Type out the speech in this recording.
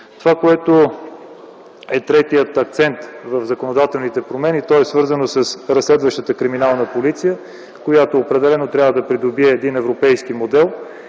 Това, което е третият акцент в законодателните промени, е свързано с разследващата Криминална полиция, която определено трябва да придобие един европейски модел.